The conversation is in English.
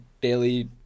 daily